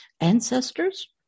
ancestors